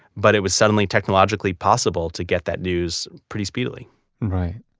but it was suddenly technologically possible to get that news pretty speedily right.